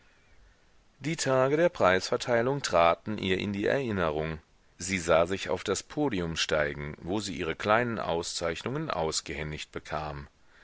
die tage der preisverteilung traten ihr in die erinnerung sie sah sich auf das podium steigen wo sie ihre kleinen auszeichnungen ausgehändigt bekam